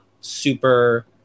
super